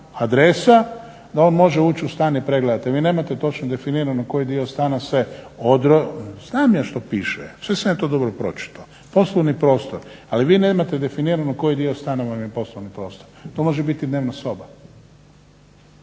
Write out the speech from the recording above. da on može ući u stan i pregledati. Vi nemate točno definirano koji dio stana se odnosi na poslovni prostor. … /Upadica se ne razumije./… Znam ja što piše, sve sam ja to dobro pročitao. Ali vi nemate definirano koji dio stana vam je poslovni prostor. To može biti i dnevna soba.